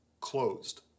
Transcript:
closed